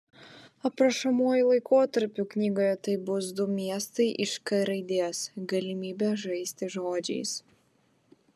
aprašomuoju laikotarpiu knygoje tai bus du miestai iš k raidės galimybė žaisti žodžiais